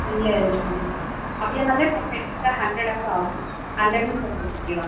நீங்களே அரேஞ்ச் பண்ணுறீங்களா அப்படியா இருந்தாலுமே பர் ஹெட்டுக்கு ஹண்ட்ரடாவது ஆகும் ஹண்ட்ரட்ன்னு சொல்லிவிடுங்க ஓகேவா